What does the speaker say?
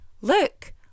look